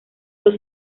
dos